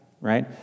right